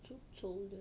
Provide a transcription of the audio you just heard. so 丑的